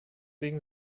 wegen